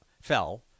fell